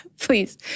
please